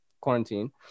quarantine